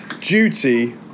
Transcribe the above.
duty